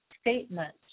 statement